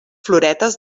floretes